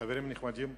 חברים נכבדים,